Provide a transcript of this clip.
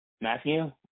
Matthew